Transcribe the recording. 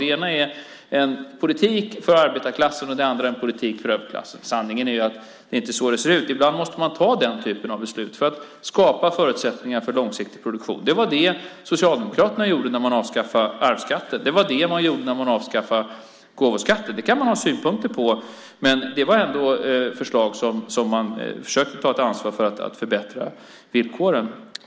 Det ena är en politik för arbetarklassen, och det andra är en politik för överklassen. Sanningen är att det inte ser ut så. Ibland måste man fatta den typen av beslut för att skapa förutsättningar för långsiktig produktion. Det var det Socialdemokraterna gjorde när de avskaffade arvsskatten. Det var det de gjorde när de avskaffade gåvoskatten. Det kan man ha synpunkter på, men det var ändå förslag där man försökte ta ansvar för att förbättra villkoren.